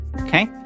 Okay